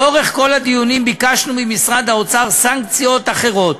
לאורך כל הדיונים ביקשנו ממשרד האוצר סנקציות אחרות,